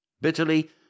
Bitterly